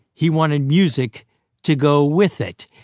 he wanted music to go with it.